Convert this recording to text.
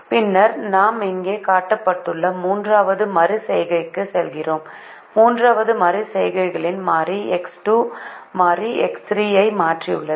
பின்னர் நாம் இங்கே காட்டப்பட்டுள்ள மூன்றாவது மறு செய்கைக்கு செல்கிறோம் மூன்றாவது மறு செய்கையில் மாறி X2 மாறி X3 ஐ மாற்றியுள்ளது